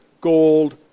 gold